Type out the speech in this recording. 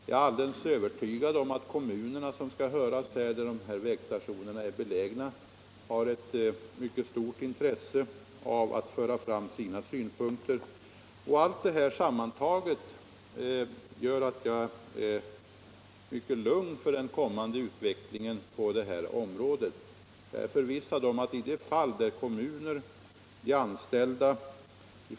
Jag är alldeles övertygad om att de kommuner som skall höras där resp. vägstationer är belägna har ett stort intresse av att föra fram sina synpunkter. Allt detta sammantaget gör att jag känner mig mycket lugn inför den kommande utvecklingen på detta område. Jag är förvissad om att i de fall där kommuner.